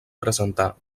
presentar